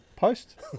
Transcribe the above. Post